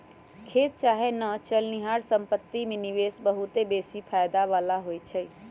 खेत चाहे न चलनिहार संपत्ति में निवेश बहुते बेशी फयदा बला होइ छइ